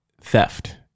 theft